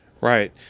Right